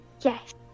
Yes